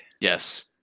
Yes